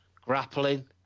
grappling